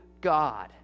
God